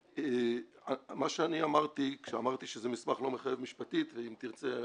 מה שאמרתי שזה מסמך לא מחייב משפטית ואם תרצה,